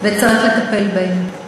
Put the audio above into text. נכונים וצריך לטפל בהם.